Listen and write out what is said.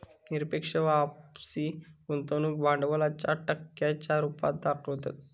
निरपेक्ष वापसी गुंतवणूक भांडवलाच्या टक्क्यांच्या रुपात दाखवतत